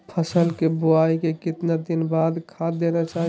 फसल के बोआई के कितना दिन बाद खाद देना चाइए?